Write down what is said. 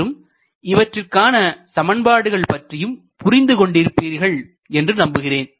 மற்றும் இவற்றுக்கான சமன்பாடுகள் பற்றியும் புரிந்து கொண்டிருப்பீர்கள் என்று நம்புகிறேன்